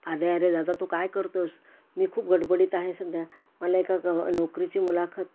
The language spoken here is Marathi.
अरे अरे दादा तू काय करतो आहेस मी खूप गडबडीत आहे सध्या मला एका ग नोकरीची मुलाखत